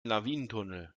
lawinentunnel